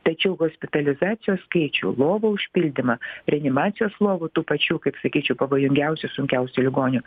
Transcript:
tačiau hospitalizacijos skaičių lovų užpildymą reanimacijos lovų tų pačių kaip sakyčiau pavojingiausių sunkiausių ligonių